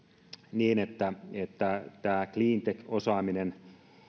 niin että että tämä cleantech osaaminen